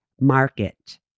market